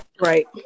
Right